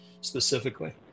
specifically